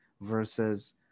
versus